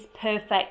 perfect